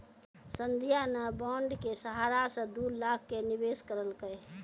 संध्या ने बॉण्ड के सहारा से दू लाख के निवेश करलकै